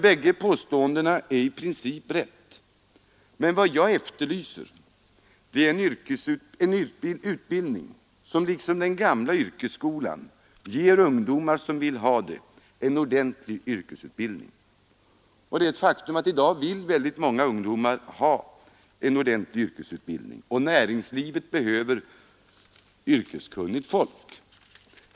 Bägge påståendena är i princip riktiga, men vad jag efterlyser är en undervisning som liksom den gamla yrkesskolan ger ungdomar som vill ha det en ordentlig yrkesutbildning. Det är ett faktum att i dag vill väldigt många ungdomar ha en sådan utbildning, och näringslivet behöver yrkeskunnigt folk.